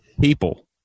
people